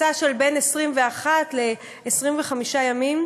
מסע של בין 21 ל-25 ימים,